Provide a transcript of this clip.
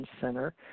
Center